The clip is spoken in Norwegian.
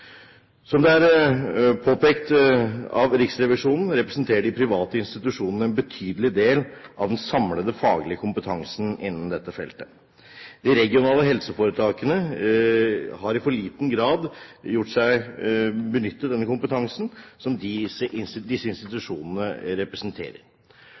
Som det er påpekt av Riksrevisjonen, representerer de private institusjonene en betydelig del av den samlede faglige kompetansen innen dette feltet. De regionale helseforetakene har i for liten grad benyttet den kompetansen som disse